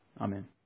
Amen